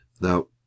Now